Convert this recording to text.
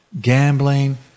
gambling